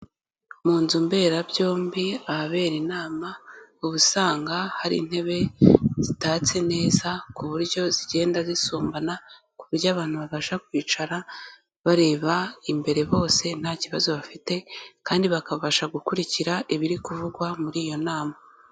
Mu nzu mberabyombi ahabera inama, uba usanga hari intebe zitatse neza ku buryo zigenda zisumbana, ku buryo abantu babasha kwicara bareba imbere bose, nta kibazo bafite kandi bakabasha gukurikira, ibiri kuvugwa muri iyo nama.